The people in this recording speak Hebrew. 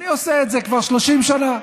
אני עושה את זה כבר 30 שנה.